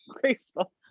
graceful